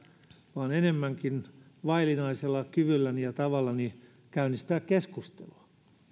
vaan enemmänkin vaillinaisella kyvylläni ja tavallani käynnistää keskustelua